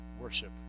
worship